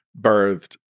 birthed